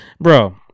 bro